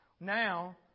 Now